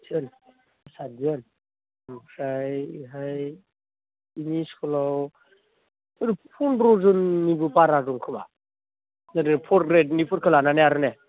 सोर साथजन ओमफ्राय इहाय एमइ स्कुलाव फनद्रजननिबो बारा दं खोमा ओरै फर ग्रेटफोरनिखौ लानानै आरो ने